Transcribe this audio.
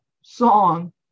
song